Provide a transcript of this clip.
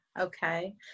okay